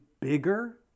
bigger